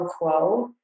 quo